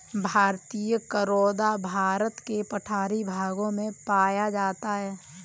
भारतीय करोंदा भारत के पठारी भागों में पाया जाता है